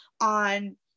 on